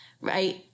right